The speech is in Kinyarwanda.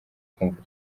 ukumva